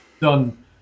done